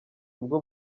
ubwo